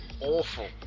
awful